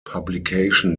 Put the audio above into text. publication